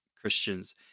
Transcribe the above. Christians